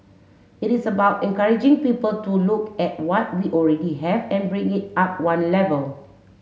it is about encouraging people to look at what we already have and bring it up one level